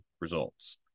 results